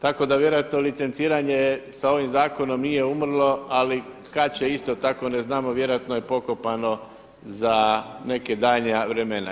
Tako da vjerojatno licenciranje sa ovim zakonom nije umrlo, ali kad će isto tako ne znamo, vjerojatno je pokopano za neka daljnja vremena.